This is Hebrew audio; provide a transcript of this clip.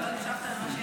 לא הקשבת למה שהיא אמרה.